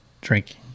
drinking